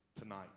tonight